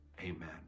Amen